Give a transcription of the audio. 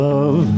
Love